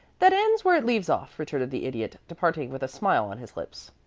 that ends where it leaves off, retorted the idiot, departing with a smile on his lips.